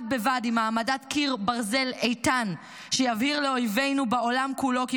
בד בבד עם העמדת קיר ברזל איתן שיבהיר לאויבינו בעולם כולו כי